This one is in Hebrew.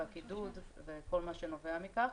הקידוד וכל מה שנובע מכך.